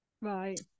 right